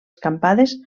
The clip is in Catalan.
escampades